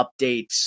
updates